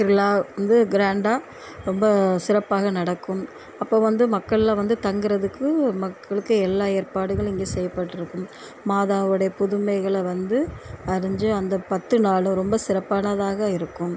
திருவிழா வந்து க்ராண்டாக ரொம்ப சிறப்பாக நடக்கும் அப்போ வந்து மக்கள்லாம் வந்து தங்குறதுக்கு மக்களுக்கு எல்லா ஏற்பாடுகளும் இங்கே செய்யப்பட்டு இருக்கும் மாதவுடைய புதுமைகளை வந்து அறிஞ்சு அந்த பத்து நாளும் ரொம்ப சிறப்பானாதாக இருக்கும்